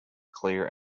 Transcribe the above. clear